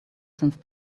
since